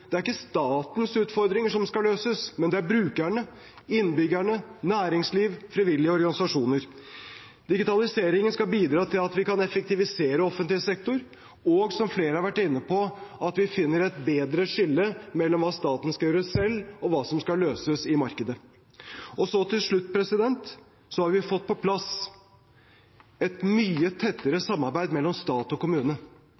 Det er ikke statens utfordringer som skal løses, det er brukernes, innbyggernes, næringslivets og de frivillige organisasjoners. Digitaliseringen skal bidra til at vi kan effektivisere offentlig sektor, og – som flere har vært inne på – til at vi finner et bedre skille mellom hva staten skal gjøre selv, og hva som skal løses i markedet. Til slutt: Vi har fått på plass et mye